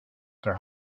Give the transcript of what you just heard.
their